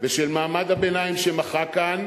ושל מעמד הביניים שמחה כאן